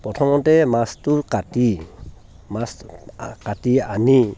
প্ৰথমতে মাছটো কাটি মাছ কাটি আনি